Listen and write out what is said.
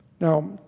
Now